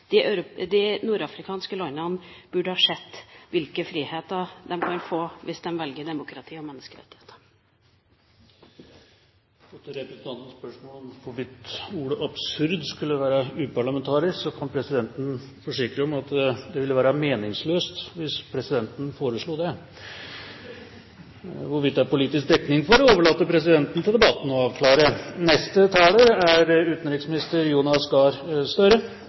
De nordafrikanske landene burde ha sett hvilke friheter de kan få hvis de velger demokrati og menneskerettigheter. Til representantens spørsmål om hvorvidt ordet «absurd» skulle være uparlamentarisk, kan presidenten forsikre om at det ville være meningsløst hvis presidenten foreslo det. Hvorvidt det er politisk dekning for det, overlater presidenten til debatten å avklare. Først vil jeg si at dette er